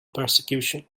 persecution